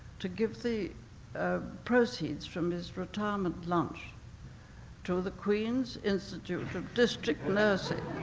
to give the ah proceeds from his retirement lunch to the queen's institute for district nursing,